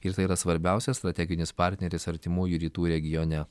ir tai yra svarbiausias strateginis partneris artimųjų rytų regione